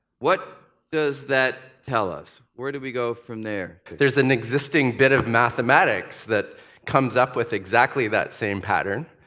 what does that tell us? where do we go from there? that there's an existing bit of mathematics that comes up with exactly that same pattern.